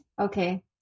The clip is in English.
Okay